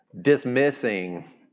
dismissing